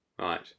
Right